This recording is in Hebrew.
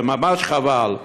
וממש חבל.